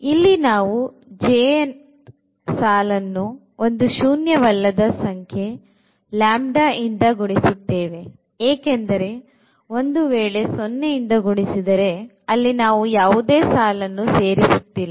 ಇಲ್ಲಿ ನಾವು jನೇ ಸಾಲನ್ನು ಒಂದು ಶೂನ್ಯವಲ್ಲದ ಸಂಖ್ಯೆ ಲಾಂಬ್ದಾ ಇಂದ ಗುಣಿಸುತ್ತೇವೆ ಏಕೆಂದರೆ ಒಂದು ವೇಳೆ 0 ಇಂದ ಗುಣಿಸಿದರೆ ಅಲ್ಲಿ ನಾವು ಯಾವುದೇ ಸಾಲನ್ನು ಸೇರಿಸುತ್ತಿಲ್ಲ